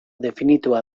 definitua